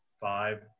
five